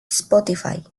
spotify